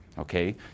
Okay